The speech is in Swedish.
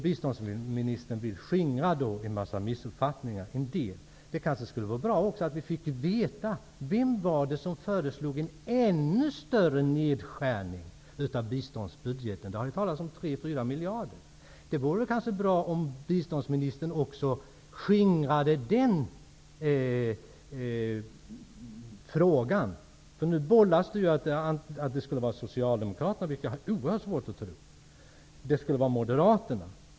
Biståndsministern vill skingra en mängd missuppfattningar. Det kanske skulle vara bra om vi fick veta vem det var som föreslog en ännu större nedskärning av biståndsbudgeten. Det har ju talats om 3--4 miljarder. Det vore kanske bra om biståndsministern också skapade klarhet i den frågan. Nu bollas det mellan att det skulle vara Socialdemokraterna, vilket jag har oerhört svårt att tro, och Moderaterna.